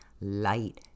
light